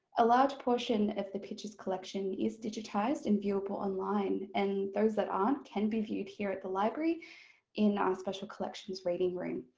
a large portion of the pictures collection is digitised and viewable online and those that aren't can be viewed here at the library in our special collections reading room.